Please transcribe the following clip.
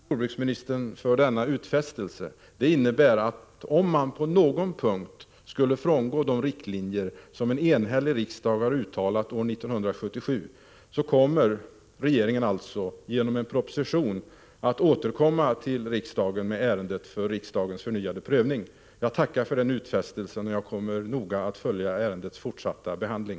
Herr talman! Jag ber att få tacka jordbruksministern för denna utfästelse. Den innebär att om man på någon punkt skulle frångå de riktlinjer som en enhällig riksdag drog upp år 1977 återkommer regeringen med en proposition så att riksdagen ges tillfälle till en förnyad prövning av ärendet. Jag tackar för den utfästelsen och kommer att noga följa ärendets fortsatta behandling.